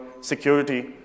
security